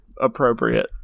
appropriate